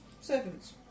servants